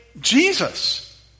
Jesus